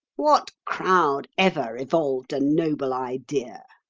what crowd ever evolved a noble idea?